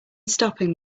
stopping